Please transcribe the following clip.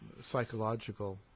psychological